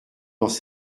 dans